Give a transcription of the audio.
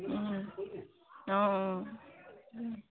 অঁ অঁ